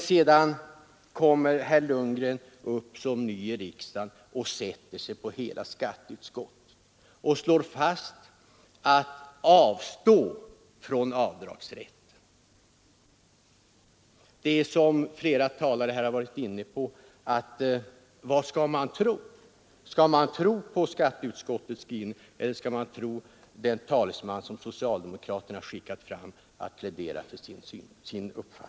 Sedan kommer herr Lundgren, som ny i riksdagen, och sätter sig på hela skatteutskottet och slår fast att man skall avstå från avdragsrätten. Jag säger som flera talare varit inne på: Vad skall man tro? Skall man tro på skatteutskottets skrivning eller skall man tro den talesman som socialdemokraterna skickat fram för att plädera i denna fråga?